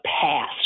pass